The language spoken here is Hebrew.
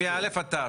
מ-א' עד ת'.